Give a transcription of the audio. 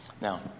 Now